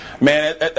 man